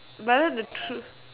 but then the true